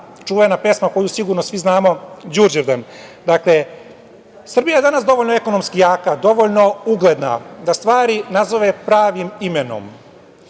čuvena pesma koju sigurno svi znamo – Đurđevdan. Dakle, Srbija je danas dovoljno ekonomski jaka, dovoljno ugledna da stvari nazove pravim imenom.